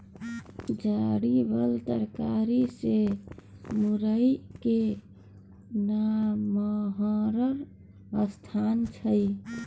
जरि बला तरकारी मे मूरइ केर नमहर स्थान छै